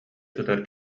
сытар